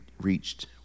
reached